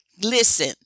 Listen